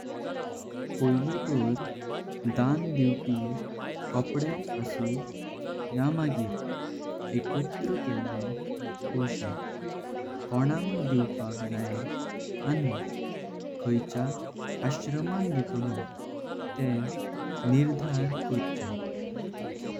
पहिली तोर दाण दिवपी कोपडे आसु या मागीर एकोतरा। केले पोइशें कोनाक दिवपाक जायी। आनी कायेच आश्रमां दितलो तेह निर्णय कोर्पाचें।